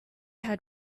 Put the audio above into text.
had